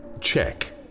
Check